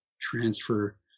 transfer